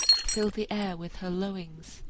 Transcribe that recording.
filled the air with her lowings.